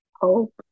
hope